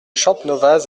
champnovaz